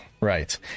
right